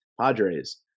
Padres